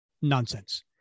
Nonsense